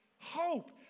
Hope